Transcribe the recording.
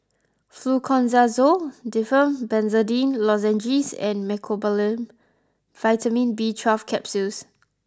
Fluconazole Difflam Benzydamine Lozenges and Mecobalamin Vitamin B twelve Capsules